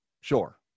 Sure